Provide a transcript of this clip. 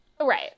Right